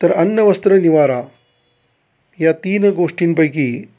तर अन् वस्त्र निवारा या तीन गोष्टींपैकी